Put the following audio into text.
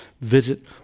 visit